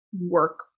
work